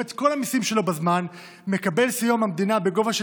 את כל המיסים שלו בזמן מקבל סיוע מהמדינה בגובה של